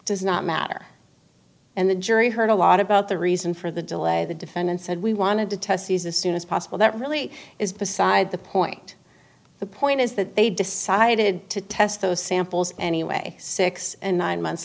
does not matter and the jury heard a lot about the reason for the delay the defendant said we wanted to test these as soon as possible that really is beside the point the point is that they decided to test those samples anyway six and nine months